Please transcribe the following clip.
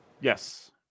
Yes